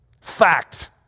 fact